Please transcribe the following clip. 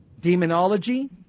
demonology